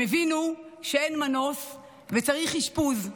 הם הבינו שאין מנוס וצריך אשפוז.